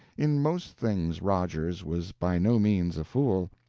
in most things rogers was by no means a fool.